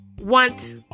want